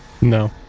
No